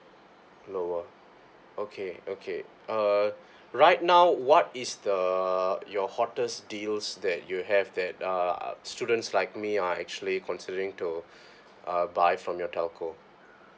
lower okay okay uh right now what is the your hottest deals that you have that uh students like me are actually considering to uh buy from your telco